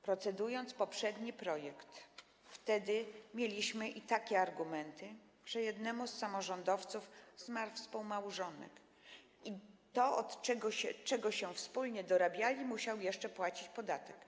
Procedując poprzedni projekt, mieliśmy i takie argumenty, że jednemu z samorządowców zmarł współmałżonek i od tego, czego się wspólnie dorabiali, musiał jeszcze płacić podatek.